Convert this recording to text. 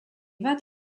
bat